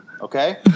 okay